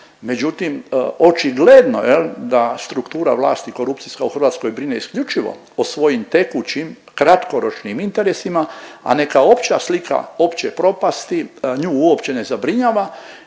Međutim, očigledno je jel da struktura vlasti korupcijska u Hrvatskoj brine isključivo o svojim tekućim kratkoročnim interesima, a neka opća slika opće propasti nju uopće ne zabrinjava